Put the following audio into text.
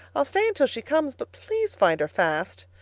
i'll stay until she comes, but please find her fast.